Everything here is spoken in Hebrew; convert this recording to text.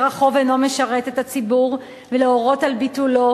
החוב אינו משרת את הציבור ולהורות על ביטולו,